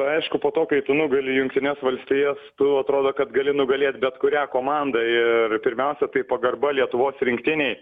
aišku po to kai tu nugali jungtines valstijas tu atrodo kad gali nugalėt bet kurią komandą ir pirmiausia tai pagarba lietuvos rinktinei